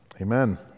Amen